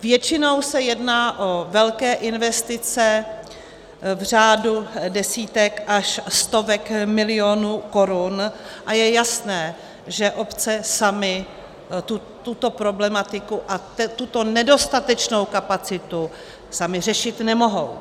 Většinou se jedná o velké investice v řádu desítek až stovek milionů korun a je jasné, že obce samy tuto problematiku a tuto nedostatečnou kapacitu samy řešit nemohou.